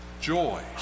joy